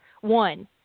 one